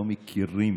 לא מכירים